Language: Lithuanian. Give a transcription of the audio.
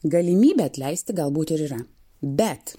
galimybė atleisti galbūt ir yra bet